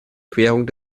querung